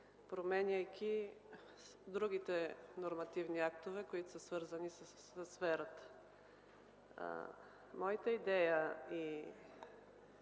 променяйки другите нормативни актове, които са свързани в сферата. Моята идея,